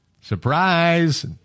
surprise